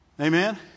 Amen